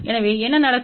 எனவே என்ன நடக்கும்